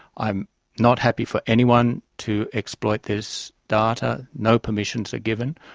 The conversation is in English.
i'm not happy for anyone to exploit this data, no permissions are given',